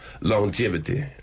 longevity